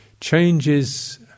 changes